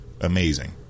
amazing